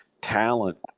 talent